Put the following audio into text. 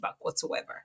whatsoever